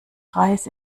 reis